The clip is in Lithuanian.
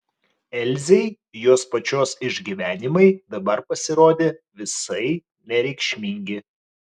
elzei jos pačios išgyvenimai dabar pasirodė visai nereikšmingi